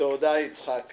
תודה, יצחק.